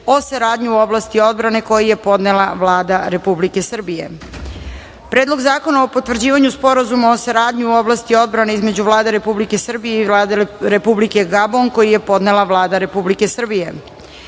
o saradnji u oblasti odbrane, koji je podnela Vlada Republike Srbije;11. Predlog zakona o potvrđivanju Sporazuma o saradnji u oblasti odbrane između Vlade Republike Srbije i Vlade Republike Gabon, koji je podnela Vlada Republike Srbije;12.